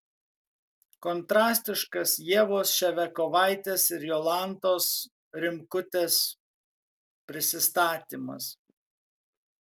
kontrastiškas ievos ševiakovaitės ir jolantos rimkutės prisistatymas